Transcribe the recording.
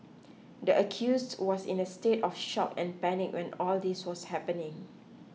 the accused was in a state of shock and panic when all this was happening